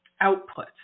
output